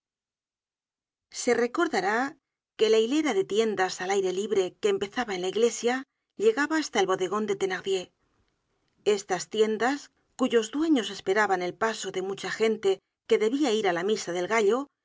se recordará que la hilera de tiendas al aire libre que empezaba en la iglesia llegaba hasta el bodegon de thenardier estas tiendas cuyos dueños esperaban el paso de mucha gente que debia ir á la misa del gallo